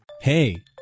Hey